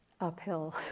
uphill